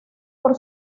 por